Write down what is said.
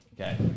Okay